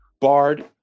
barred